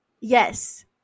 Yes